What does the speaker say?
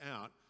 out